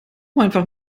einfach